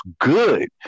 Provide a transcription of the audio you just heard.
good